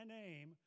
name